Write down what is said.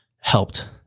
helped